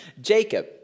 Jacob